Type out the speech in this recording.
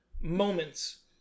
moments